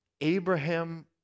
Abraham